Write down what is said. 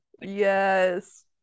Yes